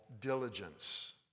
diligence